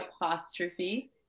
apostrophe